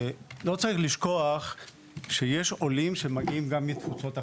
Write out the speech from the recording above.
לא צריך לשכוח שיש עולים שמגיעים גם מתפוצות אחרות.